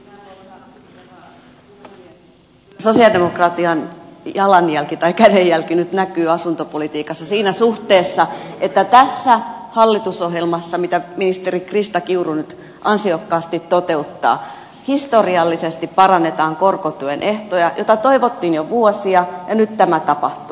kyllä sosialidemokratian jalanjälki tai kädenjälki nyt näkyy asuntopolitiikassa siinä suhteessa että tässä hallitusohjelmassa mitä ministeri krista kiuru nyt ansiokkaasti toteuttaa historiallisesti parannetaan korkotuen ehtoja mitä toivottiin jo vuosia ja nyt tämä tapahtuu